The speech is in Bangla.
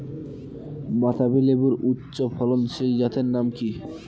বাতাবি লেবুর উচ্চ ফলনশীল জাতের নাম কি?